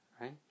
Right